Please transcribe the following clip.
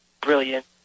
brilliant